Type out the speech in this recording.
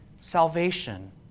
Salvation